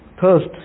thirst